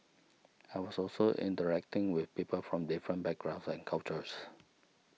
I was also interacting with people from different backgrounds and cultures